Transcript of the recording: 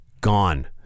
gone